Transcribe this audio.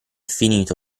finito